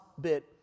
bit